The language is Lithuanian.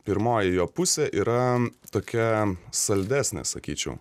pirmoji jo pusė yra tokia saldesnė sakyčiau